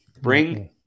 Bring